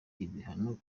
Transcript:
ibihano